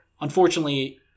unfortunately